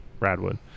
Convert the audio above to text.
Radwood